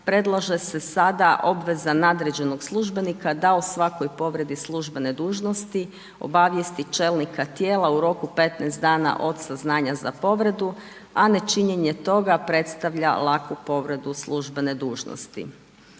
predlaže se sada obveza nadređenog službenika, da o svakoj povredi službene dužnosti, obavijesti čelnika tijela u roku od 15 dana od saznanja za povredu, a nečinjenje toga, predstavlja laku povredu službene dužnosti.